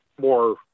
more